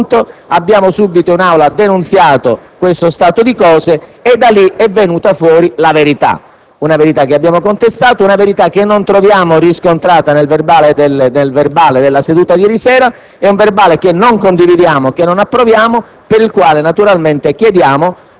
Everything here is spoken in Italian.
Noi per fortuna ce ne siamo resi conto, abbiamo subito denunziato in Aula questo stato di cose e da lì è venuta fuori la verità, una verità che abbiamo contestato e che non abbiamo riscontrato nel processo verbale della seduta di ieri sera, è un verbale che non condividiamo e che non approviamo,